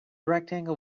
rectangle